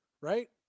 right